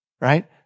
Right